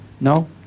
No